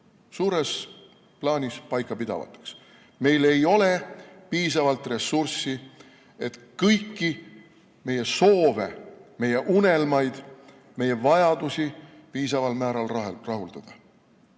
suures plaanis paikapidavaks. Meil ei ole piisavalt ressurssi, et kõiki meie soove, meie unelmaid, meie vajadusi piisaval määral rahuldada.